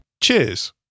Cheers